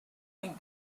think